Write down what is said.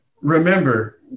remember